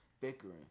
Bickering